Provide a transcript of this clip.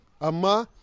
Ama